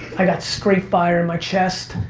i got straight fire in my chest.